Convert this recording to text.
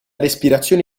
respirazione